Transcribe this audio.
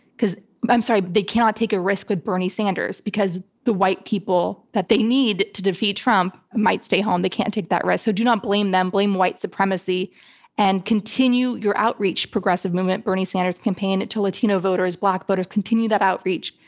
i'm sorry. they cannot take a risk with bernie sanders because the white people that they need to defeat trump might stay home. they can't take that risk. so do not blame them, blame white supremacy and continue your outreach progressive movement bernie sanders campaign to latino voters, black voters. but continue that outreach.